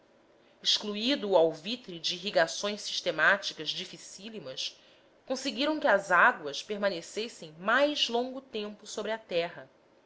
excluído o alvitre de irrigações sistemáticas dificílimas conseguiram que as águas permanecessem mais longo tempo sobre a terra